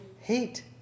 hate